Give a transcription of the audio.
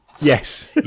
yes